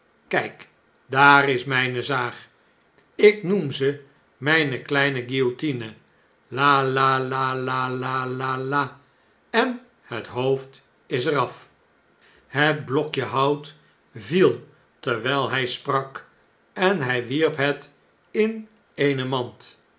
kjjk daar is m jjne zaag ik noem ze mijne kleine guillotine lila en het hoofd is er af het blokje hout viel terwijl hjj sprak en hjj wierp het in eene mand